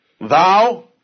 Thou